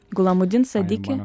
gulamudin sadiki yra baigęs teisės